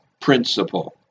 principle